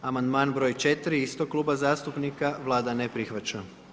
Amandman broj 4. istog kluba zastupnika, Vlada ne prihvaća.